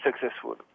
successful